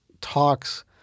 talks